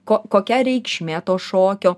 ko kokia reikšmė to šokio